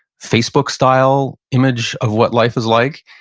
facebook-style image of what life is like,